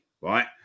right